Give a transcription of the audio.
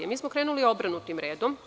Mi smo krenuli obrnutim redom.